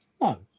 No